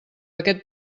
aquest